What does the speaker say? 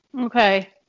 Okay